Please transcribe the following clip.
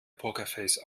pokerface